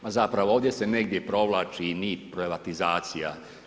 Ma zapravo ovdje se negdje provlači i nit privatizacija.